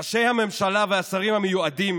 ראשי הממשלה והשרים המיועדים